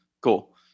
Cool